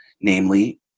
namely